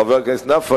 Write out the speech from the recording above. חבר הכנסת נפאע,